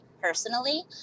personally